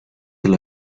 del